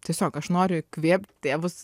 tiesiog aš noriu įkvėpt tėvus